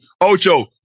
Ocho